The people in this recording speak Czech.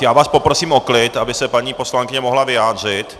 Já vás poprosím o klid, aby se paní poslankyně mohla vyjádřit.